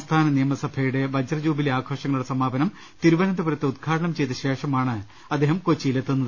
സംസ്ഥാന നിയമ സഭയുടെ വജ്ജൂബിലി ആഘോഷങ്ങളുടെ സമാപനം തിരുവനന്തപുരത്ത് ഉദ്ലാടനം ചെയ്ത ശേഷമാണ് അദ്ദേഹം കൊച്ചിയിൽ എത്തുന്നത്